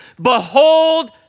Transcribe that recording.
Behold